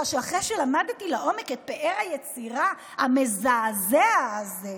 שאחרי שלמדתי לעומק את פאר היצירה המזעזע הזה,